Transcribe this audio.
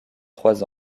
trois